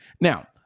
Now